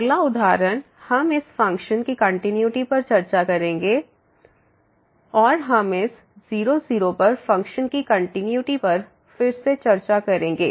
अगला उदाहरण हम इस फ़ंक्शन की कंटिन्यूटी पर चर्चा करेंगे fxysin x2y2 x2y2xy≠00 0xy00 और हम इस 0 0पर फ़ंक्शन की कंटिन्यूटी पर फिर से चर्चा करेंगे